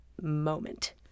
moment